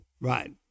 Right